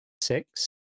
six